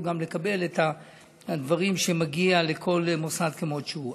לקבל את הדברים שמגיעים לכל מוסד כמות שהוא.